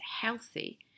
healthy